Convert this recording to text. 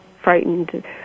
frightened